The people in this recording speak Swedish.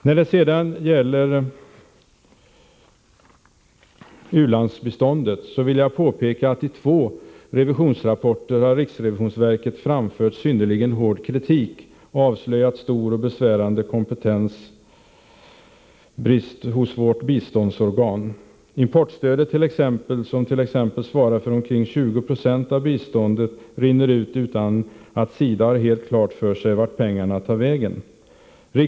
När det sedan gäller u-landsbiståndet vill jag påpeka att riksrevisionsverket i två revisionsrapporter framfört synnerligen hård kritik och avslöjat stor och besvärande kompetensbrist hos vårt biståndsorgan. Exempelvis importstödet, som svarar för omkring 20 26 av biståndet, rinner ut utan att SIDA har helt klart för sig vart pengarna tar vägen.